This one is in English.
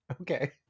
okay